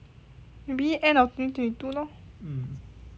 maybe end of twenty twenty two lor